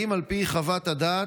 1. האם על פי חוות הדעת